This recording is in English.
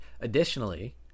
Additionally